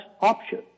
option